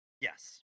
Yes